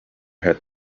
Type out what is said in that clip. had